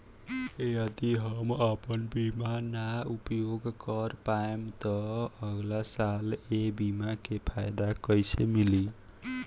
यदि हम आपन बीमा ना उपयोग कर पाएम त अगलासाल ए बीमा के फाइदा कइसे मिली?